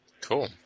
Cool